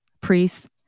priests